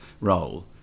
role